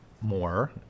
more